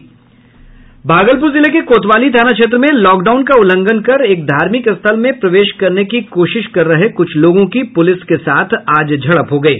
भागलपुर जिले के कोतवाली थाना क्षेत्र में लॉकडाउन का उल्लंघन कर एक धार्मिक स्थल में प्रवेश करने की कोशिश कर रहे कुछ लोगों की पुलिस के साथ आज झड़प हो गयी